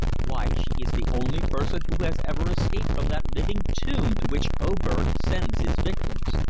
why, she is the only person who has ever escaped from that living tomb to which oberg sends his victims.